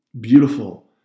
Beautiful